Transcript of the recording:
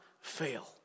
fail